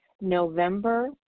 November